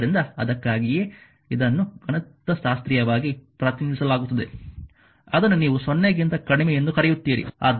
ಆದ್ದರಿಂದ ಅದಕ್ಕಾಗಿಯೇ ಇದನ್ನು ಗಣಿತಶಾಸ್ತ್ರೀಯವಾಗಿ ಪ್ರತಿನಿಧಿಸಲಾಗುತ್ತದೆ ಅದನ್ನು ನೀವು 0 ಗಿಂತ ಕಡಿಮೆ ಎಂದು ಕರೆಯುತ್ತೀರಿ